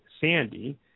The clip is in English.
sandy